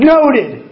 Noted